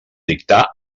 dictar